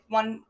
one